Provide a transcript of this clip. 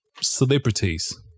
celebrities